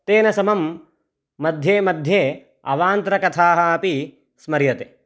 तेन समं मध्ये मध्ये अवान्तरकथाः अपि स्मर्यते